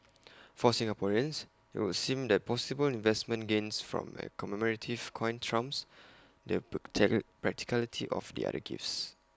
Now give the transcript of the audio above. for Singaporeans IT would seem that possible investment gains from A commemorative coin trumps the practicality of the other gifts